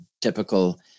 typical